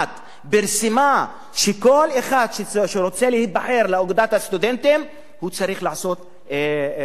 פרסמה שכל אחד שרוצה להיבחר לאגודת הסטודנטים צריך לעשות שירות צבאי,